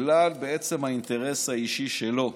בעצם בגלל האינטרס האישי שלו.